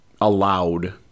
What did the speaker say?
allowed